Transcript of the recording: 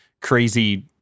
crazy